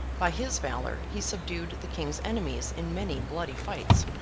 by his valour he subdued the king's enemies in many bloody fights.